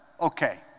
okay